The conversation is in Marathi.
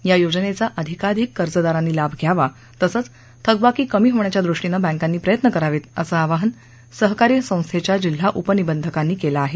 या योजनेचा अधिकाधिक कर्जदारांनी लाभ घ्यावा तसंच थकबाकी कमी होण्याच्या दृष्टीनं बँकांनी प्रयत्न करावेत असं आवाहन सहकारी संस्थेच्या जिल्हा उपनिबंधकांनी यांनी केलं आहे